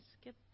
skip